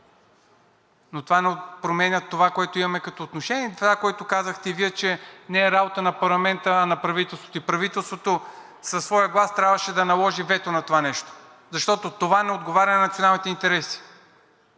Това не променя това, което имаме като отношение, и това, което казахте Вие, че не е работа на парламента, а на правителството. Правителството със своя глас трябваше да наложи вето на това нещо. Защото това не отговаря на националните интереси.